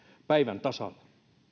päivän tasalla